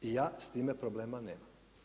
I ja s time problema nemam.